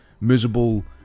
miserable